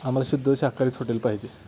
आम्हाला शुद्ध शाकाहारीच हॉटेल पाहिजे